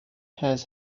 has